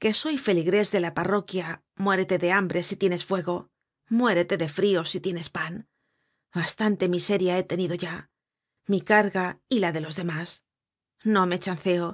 que soy feligrés de la parroquia muérete de hambre si tienes fuego muérete de frio si tienes pan bastante miseria he tenido ya mi carga y la de los demás no me chanceo